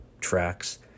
tracks